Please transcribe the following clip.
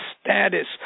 status